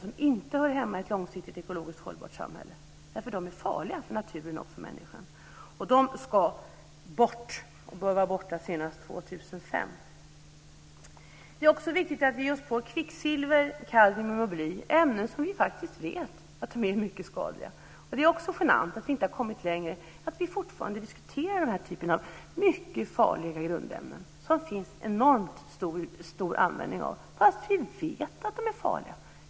De hör inte hemma i ett långsiktigt ekologiskt hållbart samhälle eftersom de är farliga för naturen och för människan. De ska bort, och de bör vara borta senast Det är också viktigt att vi ger oss på kvicksilver, kadmium och bly. Det är ämnen som vi vet är mycket skadliga. Det är också genant att vi inte har kommit längre med det här, utan fortfarande diskuterar denna typ av mycket farliga grundämnen. Det finns en enormt stor användning av dessa fast vi vet att de är farliga.